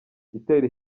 itera